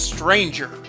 Stranger